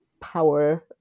power